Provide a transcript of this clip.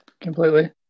completely